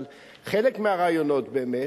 אבל חלק מהרעיונות, באמת,